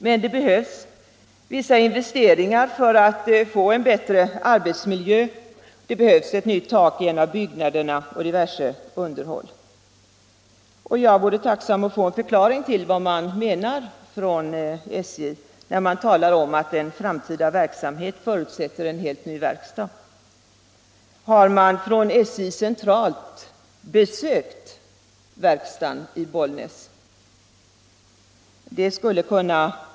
Men det behövs vissa investeringar för att man skall få en bättre arbetsmiljö: nytt tak i en av byggnaderna och diverse underhåll. Jag vore tacksam för en förklaring till vad SJ menar med sitt tal om att den framtida verksamheten förutsätter en helt ny verkstad. Har man från SJ centralt besökt verkstaden i Bollnäs?